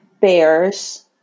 bears